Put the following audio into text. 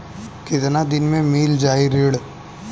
कितना दिन में मील जाई ऋण?